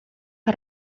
que